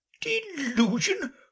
Delusion